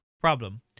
problem